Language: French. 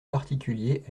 particuliers